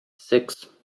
six